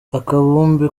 akabumbe